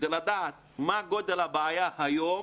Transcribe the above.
זה לדעת מה גודל הבעיה היום